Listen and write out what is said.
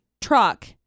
truck